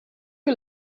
you